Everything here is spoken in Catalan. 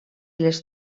les